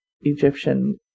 Egyptian